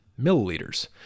milliliters